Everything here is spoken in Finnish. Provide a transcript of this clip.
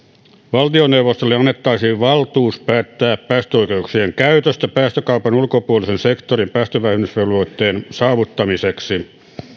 valtioneuvostolle annettaisiin valtuus päättää päästöoikeuksien käytöstä päästökaupan ulkopuolisen sektorin päästövähennysvelvoitteen saavuttamiseksi